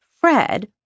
Fred